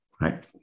right